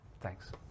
Thanks